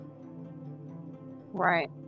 Right